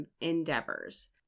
endeavors